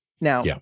Now